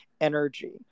energy